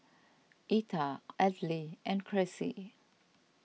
Etta Audley and Cressie